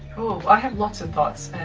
ooh, i have lots of thoughts,